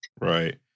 Right